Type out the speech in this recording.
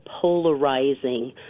polarizing